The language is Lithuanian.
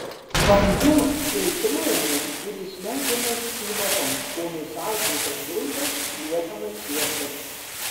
vanduo filtruojamas ir išleidžiamas į marias o nusausintas gruntas lieka maišuose